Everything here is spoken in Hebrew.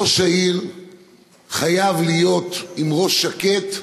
ראש העיר חייב להיות עם ראש שקט,